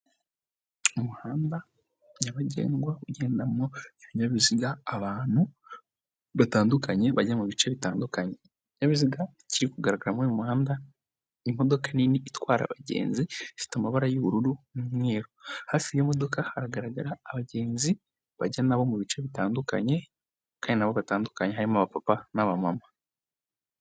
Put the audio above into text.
Umuhanda nyabagendwa ugenda mu ibyabiziga abantu batandukanye bajya mu bice bitandukanye ikinyabiziga ki kugaragara muri uyu muhanda imodoka nini itwara abagenzi i zifite amabara y'ubururu n'umweru, hafi y'imodoka hagaragara abagenzi bajya nabo mu bice bitandukanye kandi nabo batandukanye harimo abapapa n'abamama.